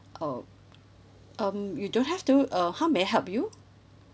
oh um you don't have to uh how may I help you